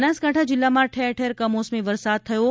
બનાસકાંઠા જિલ્લામાં ઠેર ઠેર કમોસમા વરસાદ થયો હતો